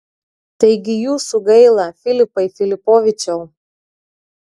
taigi jūsų gaila filipai filipovičiau